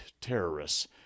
terrorists